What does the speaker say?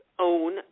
own